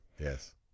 Yes